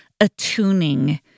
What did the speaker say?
attuning